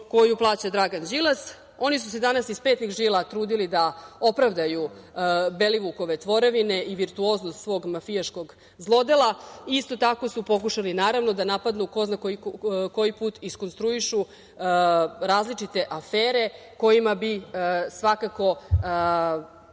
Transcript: koju plaća Dragan Đilas. Oni su se danas iz petnih žila trudili da opravdaju Belivukove tvorevine i virtuoznost svog mafijaškog zlodela. Isto tako su pokušali, naravno, da napadnu, po ko zna koji put iskonstruišu različite afere kojima bi svakako